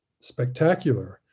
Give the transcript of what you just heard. spectacular